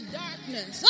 darkness